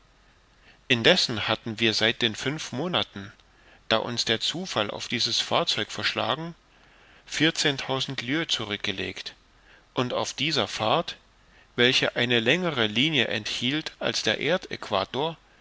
indessen hatten wir seit den fünf monaten da uns der zufall auf dieses fahrzeug verschlagen vierzehntausend lieues zurück gelegt und auf dieser fahrt welche eine längere linie enthielt als der